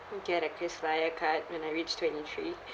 mm get a Krisflyer card when I reach twenty three